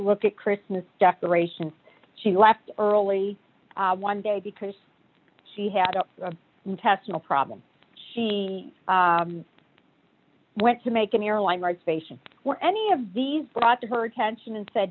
look at christmas decorations she left early one day because she had an intestinal problem she went to make an airline reservation or any of these brought to her attention and said